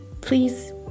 please